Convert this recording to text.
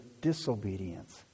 disobedience